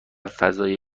فضای